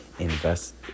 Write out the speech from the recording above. invest